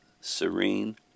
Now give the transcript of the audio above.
serene